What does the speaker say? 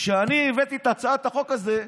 כשאני הבאתי את הצעת החוק הזו,